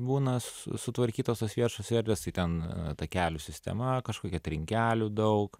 būna su sutvarkytos tos viešosios erdvės tai ten takelių sistema kažkokia trinkelių daug